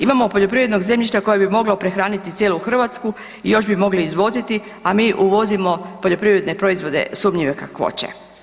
Imamo poljoprivrednog zemljišta koje bi moglo prehraniti cijelu Hrvatsku i još bi mogli izvoziti, a mi uvozimo poljoprivredne proizvode sumnjive kakvoće.